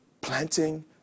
planting